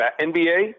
NBA